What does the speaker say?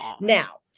Now